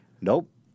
nope